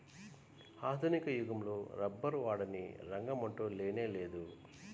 ఆధునిక యుగంలో రబ్బరు వాడని రంగమంటూ లేనేలేదు